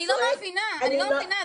אני לא מבינה, אני לא מבינה.